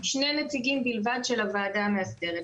שני נציגים בלבד של הוועדה המאסדרת.